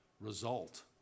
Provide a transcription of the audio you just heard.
result